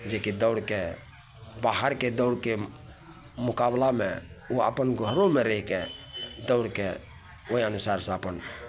जेकि दौड़के बाहरके दौड़के मोकाबिलामे ओ अपन घरोमे रहिके दौड़के ओहि अनुसारसे अपन